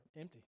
empty